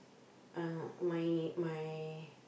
uh my my